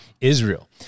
Israel